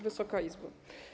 Wysoka Izbo!